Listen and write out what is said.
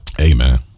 Amen